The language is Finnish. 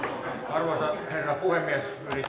arvoisa herra puhemies